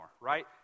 right